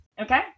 okay